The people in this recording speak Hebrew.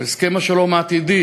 ויש סקר דעת קהל,